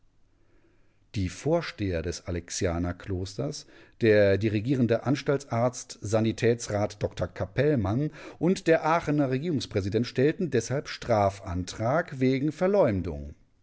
die vorsteher des alexianerklosters der dirigierende anstaltsarzt sanitätsrat dr capellmann und der aachener regierungspräsident stellten deshalb strafantrag wegen verleumdung